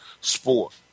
sport